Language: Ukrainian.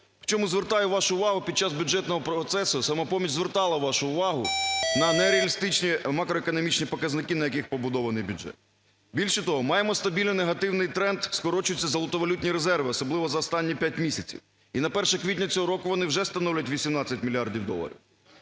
В чому звертаю вашу увагу, під час бюджетного процесу "Самопоміч" звертала вашу увагу на нереалістичні макроекономічні показники, на яких побудований бюджет. Більше того, маємо стабільний негативний тренд, скорочуються золотовалютні резерви, особливо за останні 5 місяців, і на 1 квітня цього року вони вже становлять 18 мільярдів доларів.